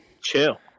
chill